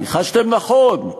ניחשתם נכון,